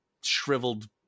shriveled